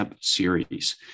series